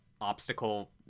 obstacle